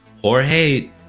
Jorge